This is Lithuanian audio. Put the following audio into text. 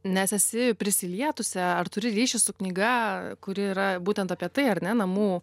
nes esi prisilietusi ar turi ryšį su knyga kuri yra būtent apie tai ar ne namų